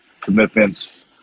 commitments